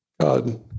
God